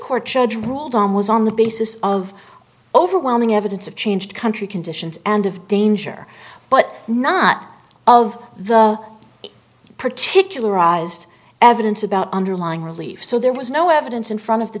court judge ruled on was on the basis of overwhelming evidence of change country conditions and of danger but not of the particularized evidence about underlying relief so there was no evidence in front of the